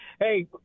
Hey